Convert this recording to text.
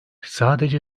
sadece